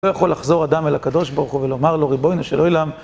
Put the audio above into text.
לא יכול לחזור אדם אל הקדוש ברוך הוא ולומר לו ריבונו של עולם